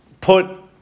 put